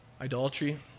idolatry